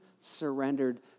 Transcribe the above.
surrendered